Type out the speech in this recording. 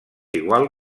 igual